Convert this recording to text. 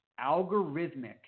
algorithmic